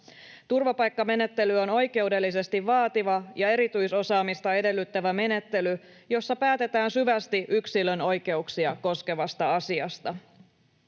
Turvapaikkamenettely on oikeudellisesti vaativa ja erityisosaamista edellyttävä menettely, jossa päätetään syvästi yksilön oikeuksia koskevasta asiasta.